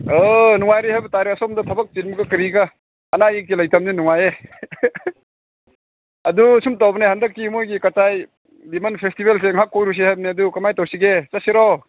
ꯑꯣ ꯅꯨꯡꯉꯥꯏꯔꯤ ꯍꯥꯏꯕ ꯇꯥꯔꯦ ꯑꯁꯣꯝꯗ ꯊꯕꯛ ꯆꯤꯟꯕꯒ ꯀꯔꯤꯒ ꯑꯅꯥ ꯑꯌꯦꯛꯇꯤ ꯂꯩꯇꯕꯅꯤꯅ ꯅꯨꯡꯉꯥꯏꯌꯦ ꯑꯗꯨ ꯁꯨꯝ ꯇꯧꯕꯅꯦ ꯍꯟꯗꯛꯇꯤ ꯃꯣꯏꯒꯤ ꯀꯆꯥꯏ ꯂꯤꯃꯣꯟ ꯐꯦꯁꯇꯤꯚꯦꯜ ꯉꯥꯏꯍꯥꯛ ꯀꯣꯏꯔꯨꯁꯦ ꯍꯥꯏꯕꯅꯤ ꯑꯗꯨ ꯀꯃꯥꯏ ꯇꯧꯁꯤꯒꯦ ꯆꯠꯁꯤꯔꯣ